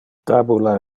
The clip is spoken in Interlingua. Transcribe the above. tabula